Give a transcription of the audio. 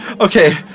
Okay